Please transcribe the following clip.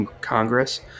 Congress